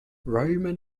roman